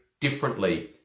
differently